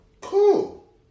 cool